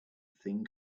thing